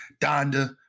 Donda